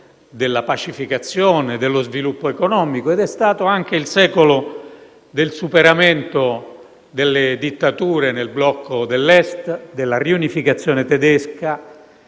della pacificazione, dello sviluppo economico; è stato il secolo del superamento delle dittature nel blocco dell'Est, della riunificazione tedesca,